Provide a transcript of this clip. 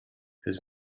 his